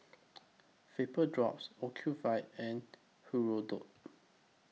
Vapodrops Ocuvite and Hirudoid